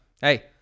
hey